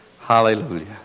Hallelujah